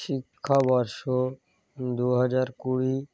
শিক্ষাবর্ষ দু হাজার কুড়ি